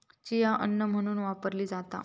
chia अन्न म्हणून वापरली जाता